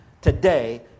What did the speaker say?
today